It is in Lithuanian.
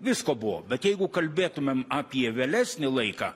visko buvo bet jeigu kalbėtumėm apie vėlesnį laiką